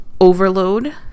overload